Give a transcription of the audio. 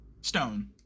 stone